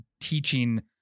teaching